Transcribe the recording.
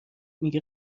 میگه